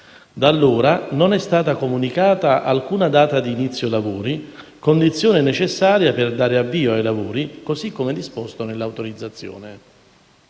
Da allora non è stata comunicata alcuna data di inizio lavori, condizione necessaria per dare avvio ai lavori, così come disposto nell'autorizzazione.